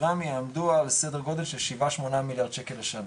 רמ"י יעמדו על סדר גודל של 7-8 מיליארד שקל לשנה,